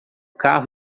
carro